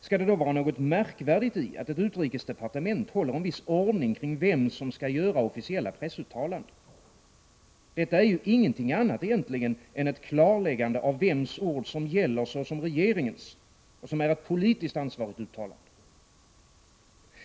Skall det då vara något märkvärdigt i att ett utrikesdepartement håller en viss ordning när det gäller vem som skall göra officiella pressuttalanden? Detta är ju egentligen ingenting annat än ett klarläggande av vems ord som gäller såsom regeringens och av vad som är ett politiskt ansvarigt uttalande.